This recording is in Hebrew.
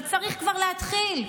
אבל צריך כבר להתחיל,